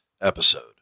episode